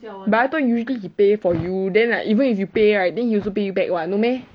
but I thought usually he pay for you then like even if you pay right then he also pay you back [what] no meh